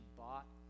bought